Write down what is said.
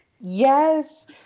Yes